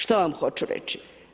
Što vam hoću reći?